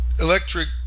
electric